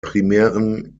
primären